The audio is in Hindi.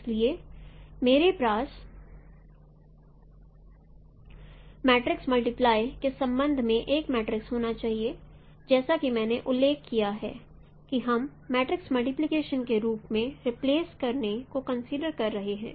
इसलिए मेरे पास मैट्रिक्स मल्टीप्लाई के संबंध में एक मैट्रिक्स होना चाहिए जैसा कि मैंने उल्लेख किया है कि हम मैट्रिक्स मल्टीप्लिकेशन के रूप में रिप्लेस करने को कंसीडर कर रहे हैं